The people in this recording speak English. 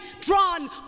drawn